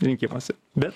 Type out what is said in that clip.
rinkimuose bet